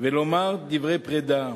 ולומר דברי פרידה